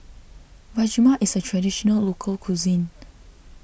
Rajma is a Traditional Local Cuisine